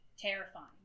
terrifying